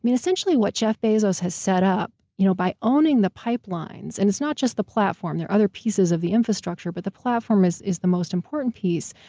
essentially what jeff bezos has set up you know by owning the pipelines. and it's not just the platform, there are other pieces of the infrastructure, but the platform is is the most important piece,